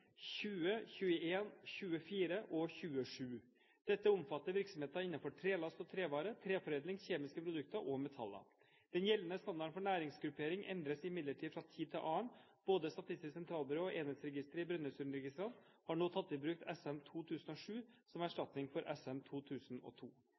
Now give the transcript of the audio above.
21, 24 og 27. Dette omfatter virksomheter innenfor trelast og trevare, treforedling, kjemiske produkter og metaller. Den gjeldende standarden for næringsgruppering endres imidlertid fra tid til annen. Både Statistisk sentralbyrå og Enhetsregisteret i Brønnøysundregistrene har nå tatt i bruk SN2007 som